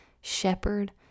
shepherd